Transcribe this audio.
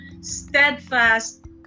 steadfast